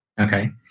Okay